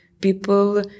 people